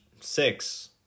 six